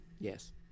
Yes